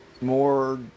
more